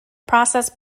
process